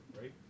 right